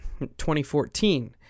2014